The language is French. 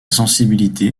sensibilité